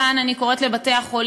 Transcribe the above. ומכאן אני קוראת לבתי-החולים,